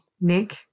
Nick